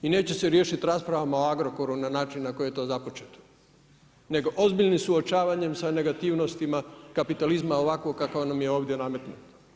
I neće se riješiti raspravama o Agrokoru na način na koji je to započeto nego ozbiljnim suočavanjem sa negativnostima kapitalizma ovako kako nam je ovdje nametnuto.